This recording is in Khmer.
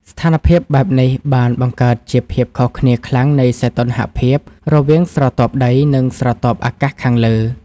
ស្ថានភាពបែបនេះបានបង្កើតជាភាពខុសគ្នាខ្លាំងនៃសីតុណ្ហភាពរវាងស្រទាប់ដី និងស្រទាប់អាកាសខាងលើ។